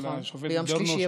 של השופטת דורנר,